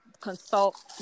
consult